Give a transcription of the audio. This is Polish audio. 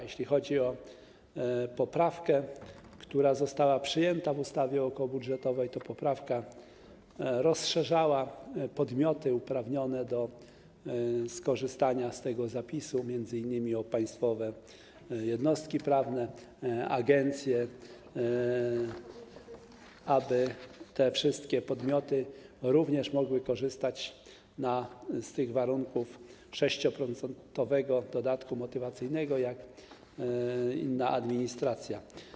Jeśli chodzi o poprawkę, która została przyjęta w ustawie okołobudżetowej, to poprawka rozszerzała podmioty uprawnione do skorzystania z tego zapisu m.in. o państwowe jednostki prawne, agencje, aby te wszystkie podmioty również mogły korzystać z tych warunków 6-procentowego dodatku motywacyjnego jak inna administracja.